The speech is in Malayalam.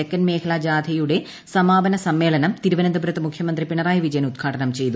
തെക്കൻ മേഖലാ ജാഥയുടെ സമാപന സമ്മേളനം തിരുവനന്തപുരത്ത് മുഖ്യമന്ത്രി പിണറായി വിജയൻ ഉദ്ഘാടനം ചെയ്തു